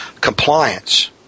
compliance